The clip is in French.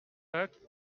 pâques